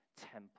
temple